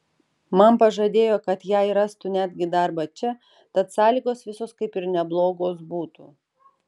man pažadėjo kad jai rastų netgi darbą čia tad sąlygos visos kaip ir neblogos būtų